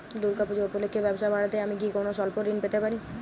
দূর্গা পূজা উপলক্ষে ব্যবসা বাড়াতে আমি কি কোনো স্বল্প ঋণ পেতে পারি?